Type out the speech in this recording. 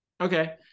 Okay